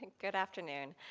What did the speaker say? good afternoon.